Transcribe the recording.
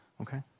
Okay